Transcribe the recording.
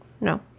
No